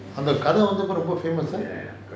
அந்த கத வந்து அப்போ ரொம்ப:antha kadha vathu appo romba famous ah